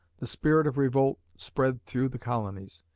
the spirit of revolt spread through the colonies.